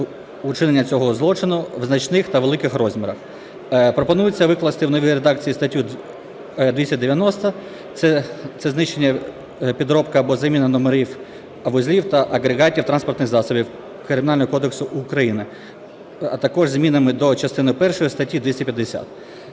учинення цього злочину в значних та великих розмірах. Пропонується викласти в новій редакції статтю 290 – це знищення, підробка або заміна номерів, вузлів та агрегатів транспортних засобів Кримінального кодексу України. А також зміни до частини першої статті 250.